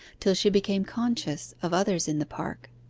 till she became conscious of others in the park.